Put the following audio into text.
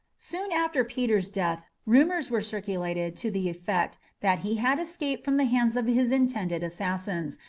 soon after peter's death rumours were circulated to the effect that he had escaped from the hands of his intended assassins,